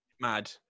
Mad